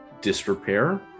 disrepair